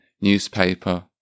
newspaper